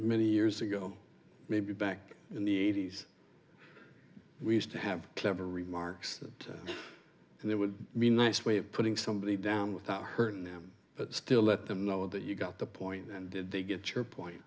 many years ago maybe back in the eighty's we used to have clever remarks and there would be nice way of putting somebody down without hurting them but still let them know that you got the point and did they get your point